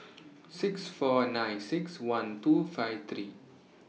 six four nine six one two five three